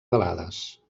balades